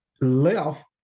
left